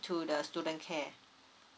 to the student care